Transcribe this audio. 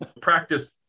practice